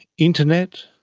internet,